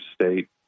State